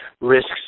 risks